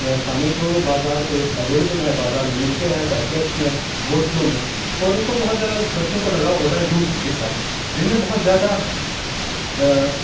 کھانے جو بازار پہ اویلیبل ہے بازار میں ملتے ہیں پیکٹس میں بوتلوں میں اور ان کو بہت زیادہ بچوں کا لگاؤ ہوتا ہے جوسس کے ساتھ جن میں بہت زیادہ